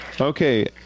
Okay